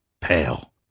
pale